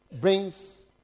brings